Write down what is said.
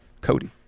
Cody